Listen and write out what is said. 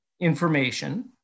information